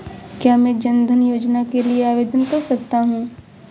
क्या मैं जन धन योजना के लिए आवेदन कर सकता हूँ?